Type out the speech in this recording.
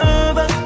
over